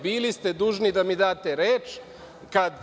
Bili ste dužni da mi date reč.